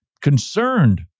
Concerned